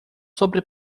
sobre